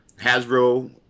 Hasbro